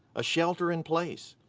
a shelter in place.